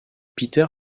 peter